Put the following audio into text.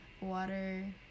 water